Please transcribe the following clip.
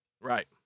Right